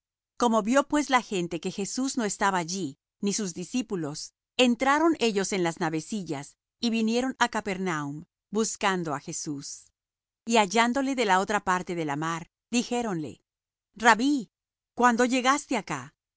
como vió pues la gente que jesús no estaba allí ni sus discípulos entraron ellos en las navecillas y vinieron á capernaum buscando á jesús y hallándole de la otra parte de la mar dijéronle rabbí cuándo llegaste acá